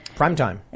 Primetime